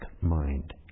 mind